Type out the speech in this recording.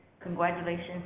Congratulations